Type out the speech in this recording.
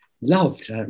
loved